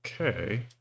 Okay